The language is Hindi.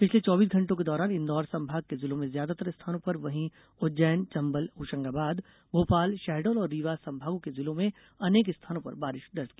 पिछले चौबीस घण्टों के दौरान इंदौर संभाग के जिलों में ज्यादातर स्थानों पर वहीं उज्जैन चंबल होशंगाबाद भोपाल शहडोल और रीवा संभागों के जिलों में अनेक स्थानों पर बारिश दर्ज की गई